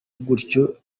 gutyo